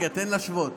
תן להשוות,